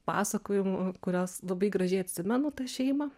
pasakojimų kuriuos labai gražiai atsimenu tą šeimą